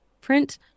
print